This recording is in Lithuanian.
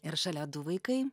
ir šalia du vaikai